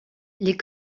les